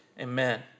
Amen